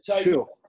Sure